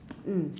mm